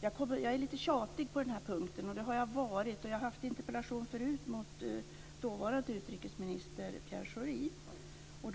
Jag är, och har varit, lite tjatig på den här punkten. Jag har ställt en interpellation tidigare till dåvarande integrationsministern, Pierre Schori.